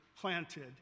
planted